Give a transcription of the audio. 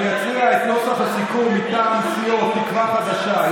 אני אקריא את נוסח הסיכום מטעם סיעות תקווה חדשה,